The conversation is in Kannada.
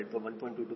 657 ಹಾಗಾದರೆ ನಾನು 0